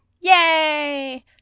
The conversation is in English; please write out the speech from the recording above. Yay